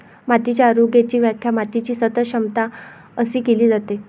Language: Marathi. मातीच्या आरोग्याची व्याख्या मातीची सतत क्षमता अशी केली जाते